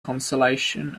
consolation